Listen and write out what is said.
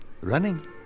running